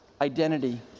identity